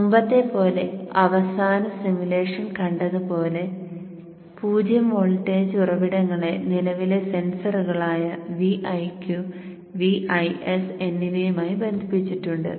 മുമ്പത്തെപ്പോലെ അവസാന സിമുലേഷൻ കണ്ടത് പോലെ 0 വോൾട്ടേജ് ഉറവിടങ്ങളെ നിലവിലെ സെൻസറുകളായ Viq Vis എന്നിവയുമായി ബന്ധിപ്പിച്ചിട്ടുണ്ട്